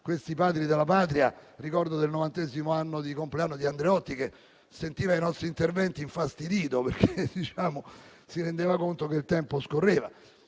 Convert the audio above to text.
questi Padri della Patria; ricordo il novantesimo compleanno di Andreotti, che sentiva i nostri interventi infastidito, perché si rendeva conto che il tempo scorreva.